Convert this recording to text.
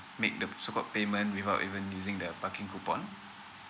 make the so call payment without even using the parking coupon